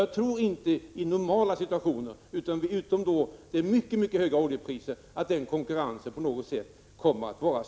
Jag tror inte att denna konkurrens kommer att vara störande i normala fall utan bara när oljepriset är mycket högt.